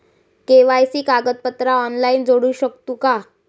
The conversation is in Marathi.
के.वाय.सी कागदपत्रा ऑनलाइन जोडू शकतू का?